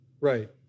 Right